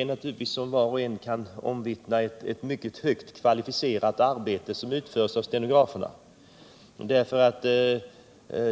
är naturligtvis, som var och en kan omvittna, ett mycket högt kvalificerat arbete som utförs av stenograferna.